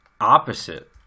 opposite